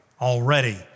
already